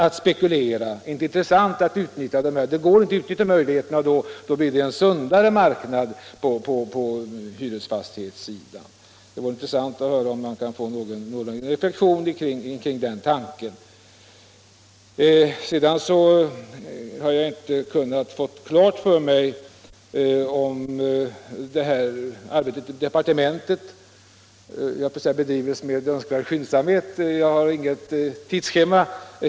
Då blir det inte intressant att spekulera, och då får vi en sundare marknad på hyresfastighetssidan. — Det vore intressant att höra någon reflexion av statsrådet kring den tanken. Jag har inte fått klart för mig om arbetet i departementet bedrivs med önskvärd skyndsamhet, höll jag på att säga.